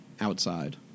outside